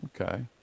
Okay